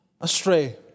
astray